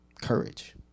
courage